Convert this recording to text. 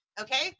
Okay